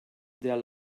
der